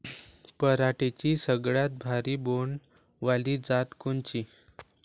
पराटीची सगळ्यात भारी बोंड वाली जात कोनची?